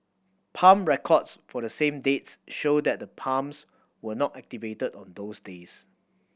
pump records for the same dates show that the pumps were not activated on those days